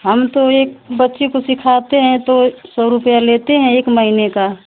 हम तो एक बच्ची को सिखते हैं तो सौ रुपया लेते हैं एक महीने का